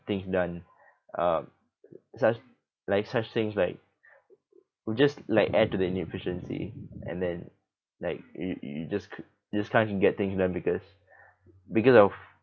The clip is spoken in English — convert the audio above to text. things done uh such like such things like will just like add to the inefficiency and then like you you just ca~ you just can't get things done because because of